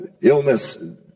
illness